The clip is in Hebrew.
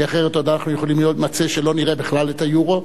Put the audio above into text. כי אחרת אנחנו עוד יכולים להימצא שלא נראה בכלל את ה"יורו".